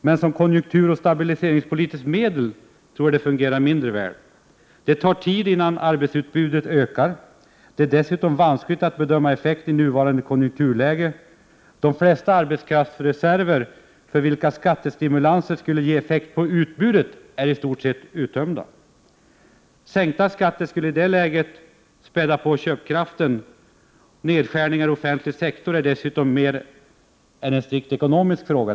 Men som konjunkturoch stabiliseringspolitiskt medel tror jag det fungerar mindre väl. Det tar tid innan arbetsutbudet ökar. Dessutom är det vanskligt att bedöma effekten i nuvarande konjunkturläge. De flesta arbetskraftsreserver, för vilka skattestimulanser skulle ge effekt på utbudet, är i stort sett uttömda. Sänkta skatter skulle i det läget späda på köpkraften. Nedskärningar i offentlig sektor är dessutom mer än en strikt ekonomisk fråga.